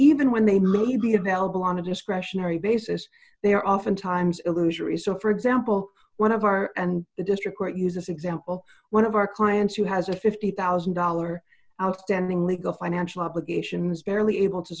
even when they may be available on a discretionary basis they are often times illusionary so for example one of our and the district court uses example one of our clients who has a fifty thousand dollars outstanding legal financial obligations barely able to